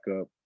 up